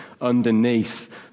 underneath